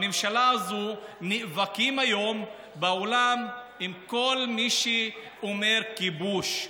בממשלה הזאת נאבקים היום בעולם בכל מי שאומר "כיבוש".